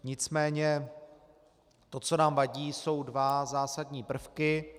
Nicméně to, co nám vadí, jsou dva zásadní prvky.